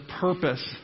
purpose